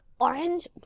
orange